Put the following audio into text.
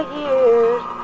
years